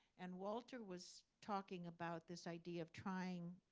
and walter was talking about this idea of trying,